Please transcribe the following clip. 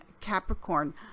Capricorn